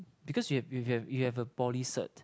because you have you have you have a poly cert